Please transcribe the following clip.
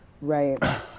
Right